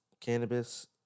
cannabis